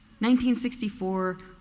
1964